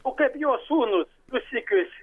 o kaip jo sūnu du sykius